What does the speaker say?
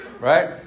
Right